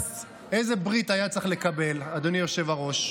איזה ברית היה צריך לקבל פינחס, אדוני היושב-ראש?